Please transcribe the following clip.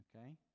Okay